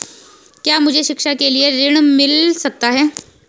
क्या मुझे शिक्षा के लिए ऋण मिल सकता है?